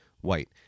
white